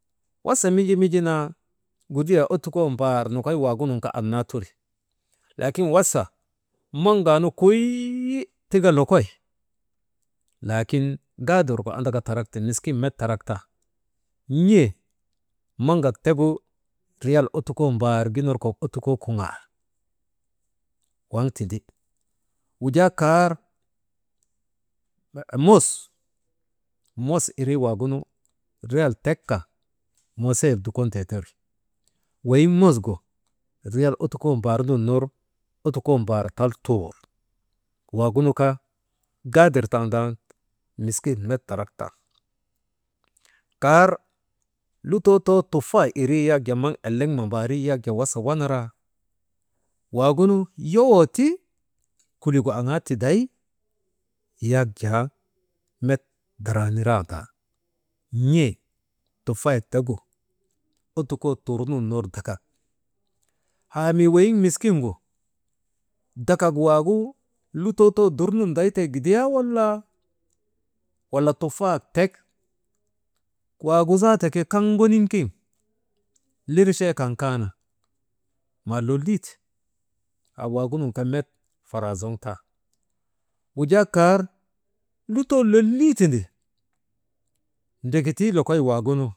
Wasa minji, Minji naa kudriya ottukoo mbaar nokoy waagunun kaa annaa tori. Lakin wasa maŋaanu kuy tika lokoy, laakin gaadirgu an tarakte miskin met taraktan n̰e maŋak tegu riyal ottukoo mbaar gin ner kok ottukoo kuŋaal, waŋ tindi wujaa kaar «hesitation» mos, mos irii waagunu riyal ottukoo mbaar nun ner ottukoo mbaar tal tur waagunu kaa gaadir tandan miskin met tarak tan kaar lutoo tufa iri yak jaa maŋ eleŋ mambari yak jaa wasa wanara wagunu yowoo ti kuligu aŋaa tiday yak jaa met daraa nirandaa, n̰e tufayek tegu ottukoo tur nun ner dakak haa mi weyiŋ miskin gu dakak waagu lutoo dunun ndaytee gigayaa walaa, wala tufaayak tek waagu zaata ke kaŋ ŋoniŋ kin lirchee kan kan maa lolii ti haa wagunun kaa met faraa zoŋ tan, wujaa kaar lutoo lolii tindi ndreketuu lokoy waagunu.